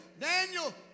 Daniel